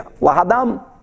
Lahadam